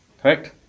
correct